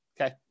Okay